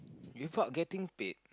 without getting paid